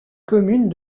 commune